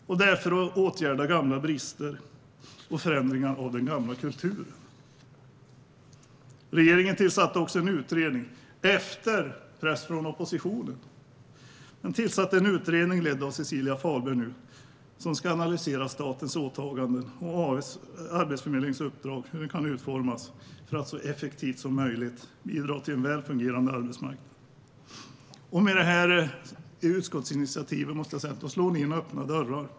Detta gör man för att åtgärda gamla brister och förändra den gamla kulturen. Regeringen tillsatte efter press från oppositionen även en utredning, som leds av Cecilia Fahlberg. Utredningen ska analysera statens åtaganden och hur Arbetsförmedlingens uppdrag kan utformas för att så effektivt som möjligt bidra till en väl fungerande arbetsmarknad. Med detta utskottsinitiativ slår ni in öppna dörrar.